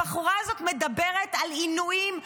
הבחורה הזאת מדברת על עינויים,